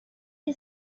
فقط